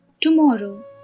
tomorrow